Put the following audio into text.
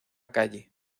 calle